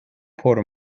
por